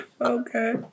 Okay